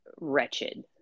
wretched